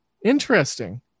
interesting